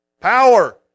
power